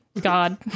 god